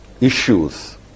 issues